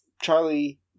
Charlie